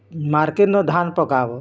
ମାର୍କେଟ୍ନ ଧାନ୍ ପକାବ